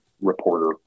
reporter